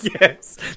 Yes